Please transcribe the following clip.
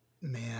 man